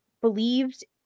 believed